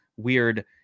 weird